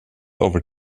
over